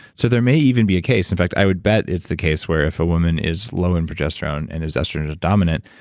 so there may even be a case. in fact, i would bet it's the case, where if a woman is low in progesterone and is estrogen dominant,